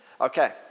Okay